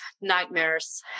nightmares